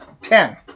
Ten